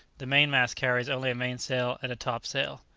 the main-mast carries only a main-sail and a top-sail.